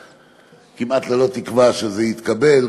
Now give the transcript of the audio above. כמעט ללא תקווה שזה יתקבל,